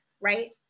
right